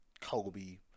Kobe